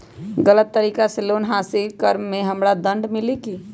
गलत तरीका से लोन हासिल कर्म मे हमरा दंड मिली कि?